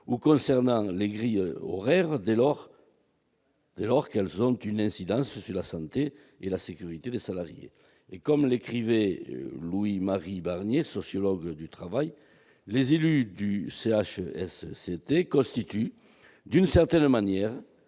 par exemple les grilles horaires, dès lors qu'elles ont une incidence sur la santé et la sécurité des salariés. Comme l'écrivait Louis-Marie Barnier, sociologue du travail, « Les élus du CHSCT constituent d'une certaine manière